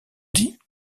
dit